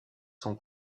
sont